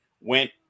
went